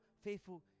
faithful